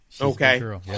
Okay